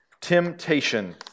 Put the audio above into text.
Temptation